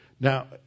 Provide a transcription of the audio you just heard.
Now